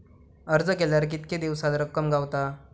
अर्ज केल्यार कीतके दिवसात रक्कम गावता?